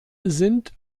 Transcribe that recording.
sind